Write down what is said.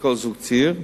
על כל זוג צעיר,